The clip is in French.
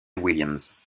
williams